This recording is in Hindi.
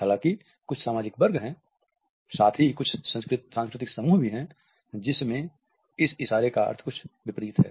हालांकि कुछ सामाजिक वर्ग हैं साथ ही साथ कुछ सांस्कृतिक समूह भी हैं जिनमें इस इशारे का अर्थ कुछ विपरीत है